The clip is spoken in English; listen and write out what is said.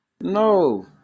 No